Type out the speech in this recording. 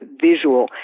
visual